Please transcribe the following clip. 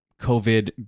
COVID